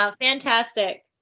Fantastic